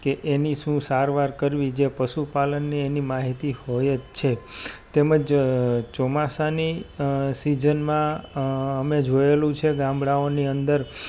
કે એની શું સારવાર કરવી જે પશુપાલનની એની માહિતી હોય જ છે તેમજ ચોમાસાની સિજનમાં અમે જોયેલું છે ગામડાઓની અંદર